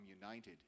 united